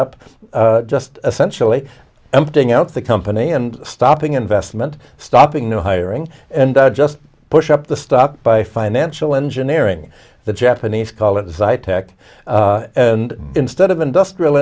up just essentially emptying out the company and stopping investment stopping new hiring and just push up the stock by financial engineering the japanese call it the site tech and instead of industrial